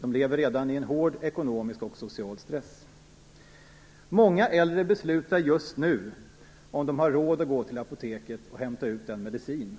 De lever redan i en hård ekonomisk och social stress. Många äldre beslutar just nu om de har råd att gå till apoteket och hämta ut den medicin